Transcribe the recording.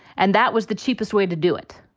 and that was the cheapest way to do it.